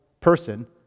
person